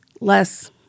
less